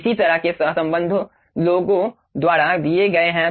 इसी तरह के सहसंबंध लोगों द्वारा दिए गए हैं